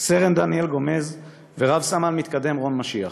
סרן דניאל גומז ורב-סמל מתקדם רון משיח.